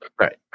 right